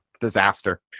Disaster